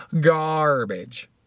Garbage